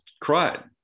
cried